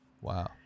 Wow